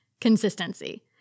consistency